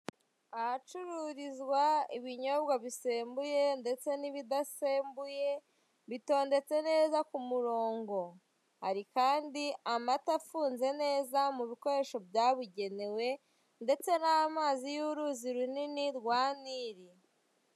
Ahacururizwa ibinyobwa bisembuye ndetse n'ibidasembuye, bitondetse neza ku murongo. Hari kandi amata afunze neza mu bikoresho byabugnewe ndetse n'amazi y'uruzi runini rwa niri.